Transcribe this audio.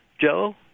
Joe